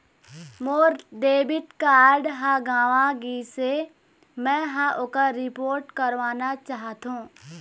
मोर debit card ह गंवा गिसे, मै ह ओकर रिपोर्ट करवाना चाहथों